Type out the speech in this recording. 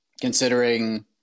considering